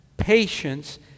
patience